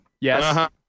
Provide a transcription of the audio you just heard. Yes